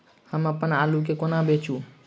हम अप्पन आलु केँ कोना बेचू?